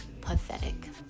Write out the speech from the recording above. pathetic